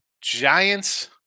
Giants